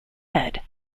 head